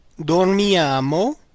dormiamo